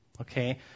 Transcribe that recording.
Okay